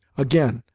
again,